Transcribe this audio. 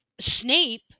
Snape